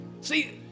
See